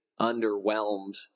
underwhelmed